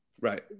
Right